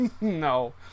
no